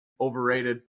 overrated